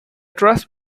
trust